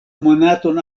monaton